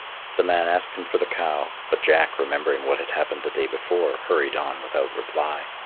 the man asked him for the cow, but jack, remembering what had happened the day before, hurried on without reply.